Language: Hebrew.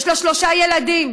יש לה שלושה ילדים,